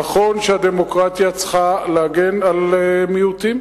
נכון שהדמוקרטיה צריכה להגן על מיעוטים,